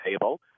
table